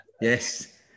Yes